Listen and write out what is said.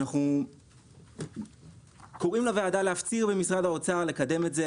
אנחנו קוראים לוועדה להפציר במשרד האוצר לקדם את זה.